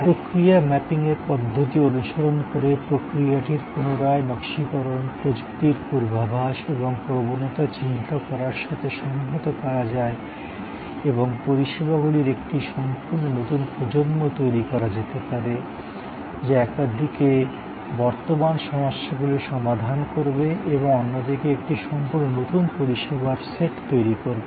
প্রক্রিয়া ম্যাপিংয়ের পদ্ধতি অনুসরণ করে প্রক্রিয়াটির পুনরায় নকশীকরণ প্রযুক্তির পূর্বাভাস এবং প্রবণতা চিহ্নিত করার সাথে সংহত করা যায় এবং পরিষেবাগুলির একটি সম্পূর্ণ নতুন প্রজন্ম তৈরি করা যেতে পারে যা একদিকে বর্তমান সমস্যাগুলির সমাধান করবে এবং অন্যদিকে একটি সম্পূর্ণ নতুন পরিষেবার সেট তৈরি করবে